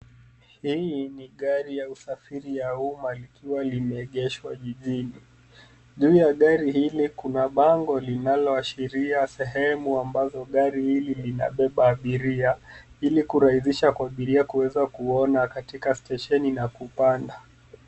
Hii ni gari ya usafiri ya umma likiwa limeegeshwa jijini. Juu ya gari hili kuna bango linalo ashiria sehemu ambazo gari hili lina beba abiria, ili kurahisisha kwa abiria kuona katika stesheni na kupanda.